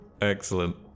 Excellent